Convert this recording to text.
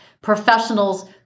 professionals